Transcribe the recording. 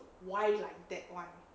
why like that [one]